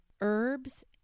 herbs